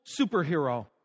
superhero